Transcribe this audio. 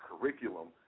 curriculum